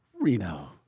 Reno